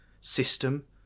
system